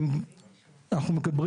אנחנו מדברים